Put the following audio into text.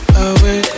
away